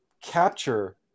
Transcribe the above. capture